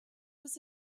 was